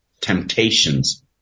temptations